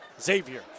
Xavier